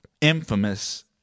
infamous